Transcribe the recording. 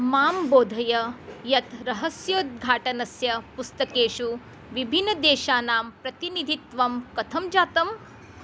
मां बोधय यत् रहस्योद्घाटनस्य पुस्तकेषु विभिन्नदेशानां प्रतिनिधित्वं कथं जातम्